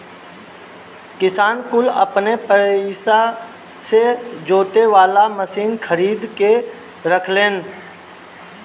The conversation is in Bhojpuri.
किसान कुल अपने पइसा से जोते वाला मशीन खरीद के रखेलन